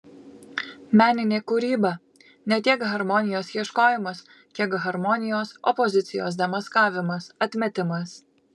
meninė kūryba ne tiek harmonijos ieškojimas kiek harmonijos opozicijos demaskavimas atmetimas